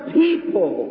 people